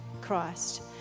Christ